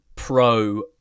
pro